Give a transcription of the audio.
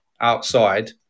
outside